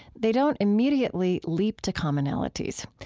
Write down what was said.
they don't immediately leap to commonalities.